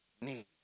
need